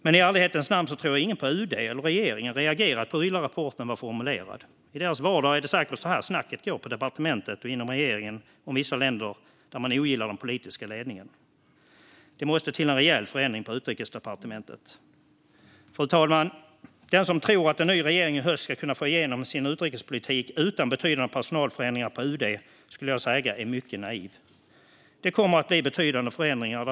I ärlighetens namn tror jag dock inte att någon på UD eller i regeringen har reagerat på hur illa rapporten var formulerad; i deras vardag är det säkert så här snacket går på departementet och inom regeringen om vissa länder där man ogillar den politiska ledningen. Det måste till en rejäl förändring på Utrikesdepartementet. Fru talman! Den som tror att en ny regering i höst ska kunna få igenom sin utrikespolitik utan betydande personalförändringar på UD är, skulle jag säga, mycket naiv. Det kommer att bli betydande förändringar.